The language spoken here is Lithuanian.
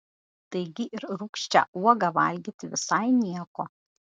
taigi ir rūgščią uogą valgyti visai nieko